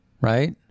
right